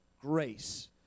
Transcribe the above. grace